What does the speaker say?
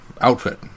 outfit